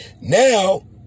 Now